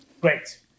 great